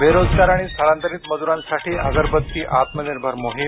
बेरोजगार आणि स्थलांतरित मजुरांसाठी अगरबत्ती आत्मनिर्भर मोहीम